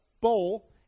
bowl